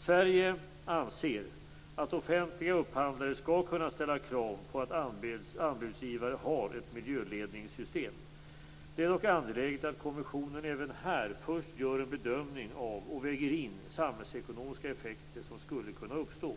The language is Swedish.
Sverige anser att offentliga upphandlare skall kunna ställa krav på att anbudsgivare har ett miljöledningssystem. Det är dock angeläget att kommissionen även här först gör en bedömning av och väger in samhällsekonomiska effekter som skulle kunna uppstå.